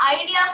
idea